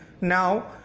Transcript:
now